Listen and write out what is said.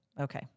Okay